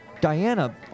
Diana